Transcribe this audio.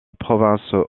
province